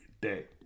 day